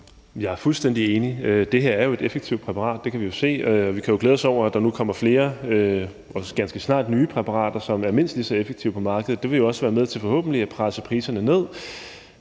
Jeg er fuldstændig enig. Det her er jo et effektivt præparat. Det kan vi jo se, og vi kan glæde os over, at der nu, også ganske snart, kommer flere nye præparater, som er mindst lige så effektive, på markedet. Det vil jo også være med til forhåbentlig at presse priserne ned,